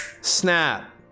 snap